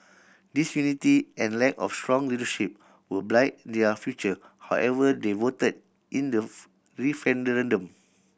disunity and lack of strong leadership will blight their future however they voted in the referendum